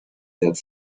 that